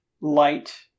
light